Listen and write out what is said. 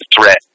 threat